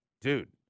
dude